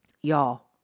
Y'all